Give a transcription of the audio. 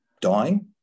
dying